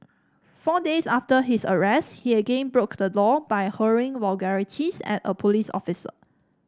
four days after his arrest he again broke the law by hurling vulgarities at a police officer